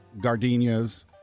gardenias